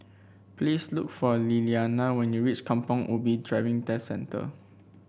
please look for Liliana when you reach Kampong Ubi Driving Test Centre